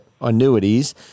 annuities